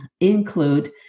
include